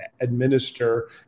administer